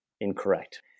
incorrect